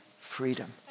freedom